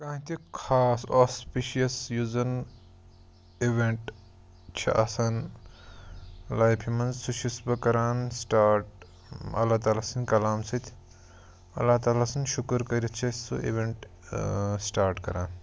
کانٛہہ تہِ خاص آسپِشیس یُس زَن اِوینٛٹ چھُ آسان لایفہِ منٛز سُہ چھُس بہٕ کَران سٹارٹ اللہ تعالیٰ سٕنٛدۍ کلام سۭتۍ اللہ تعالیٰ سُنٛد شُکُر کٔرِتھ چھِ أسۍ سُہ اِویٚنٛٹ ٲں سٹارٹ کَران